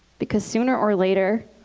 because sooner or later,